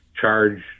charge